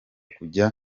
kujyayo